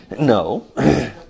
No